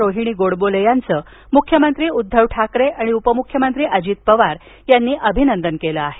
रोहिणी गोडबोले यांचं मुख्यमंत्री उद्दव ठाकरे आणि उपमुख्यमंत्री अजित पवार यांनी अभिनंदन केलं आहे